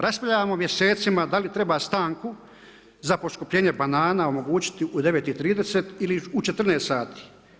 Raspravljamo mjesecima da li treba stanku za poskupljenje banana omogućiti u 9,30 ili u 14,00 sati.